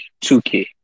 2K